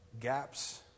Gaps